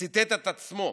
ציטט את עצמו,